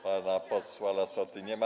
Pana posła Lassoty nie ma.